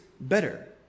better